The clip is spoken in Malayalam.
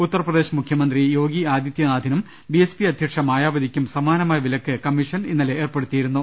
ഉത്തർപ്രദേശ് മുഖ്യമന്ത്രി യോഗി ആദിത്യനാഥിനും ബിഎസ്പി അധ്യക്ഷ മായാവതിക്കും സമാനമായ വിലക്ക് കമ്മീഷൻ ഏർപ്പെടു ത്തിയിരുന്നു